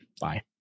Bye